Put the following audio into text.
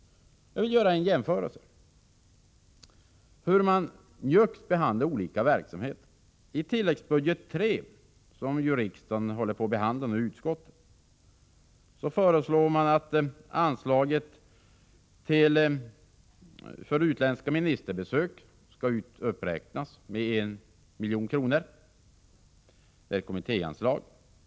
Jag vill göra en jämförelse för att visa hur njuggt man behandlar en del verksamheter. I Tilläggsbudget III, som nu håller på att behandlas i riksdagens utskott, föreslår man att anslaget för utländska ministerbesök skall uppräknas med 1 milj.kr. Det är ett kommittéanslag.